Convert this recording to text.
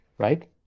Right